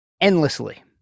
endlessly